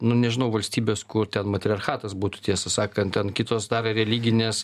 nu nežinau valstybės kur ten matriarchatas būtų tiesą sakant ten kitos dar religinės